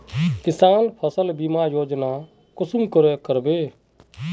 किसान फसल बीमा योजना कुंसम करे करबे?